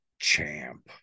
champ